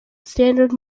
standard